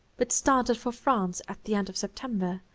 but started for france at the end of september,